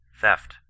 theft